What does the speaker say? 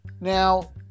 Now